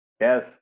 Yes